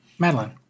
Madeline